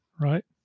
right